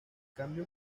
cambió